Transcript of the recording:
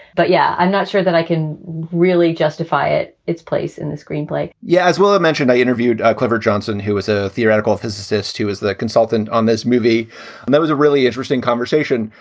but, yeah, i'm not sure that i can really justify it. its place in the screenplay yeah yes. well, i mentioned i interviewed clifford johnson, who is a theoretical physicist who is the consultant on this movie. and that was a really interesting conversation.